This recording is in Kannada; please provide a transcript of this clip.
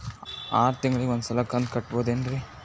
ಆರ ತಿಂಗಳಿಗ ಒಂದ್ ಸಲ ಕಂತ ಕಟ್ಟಬಹುದೇನ್ರಿ?